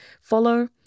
follow